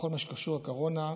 בכל מה שקשור לקורונה,